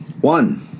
one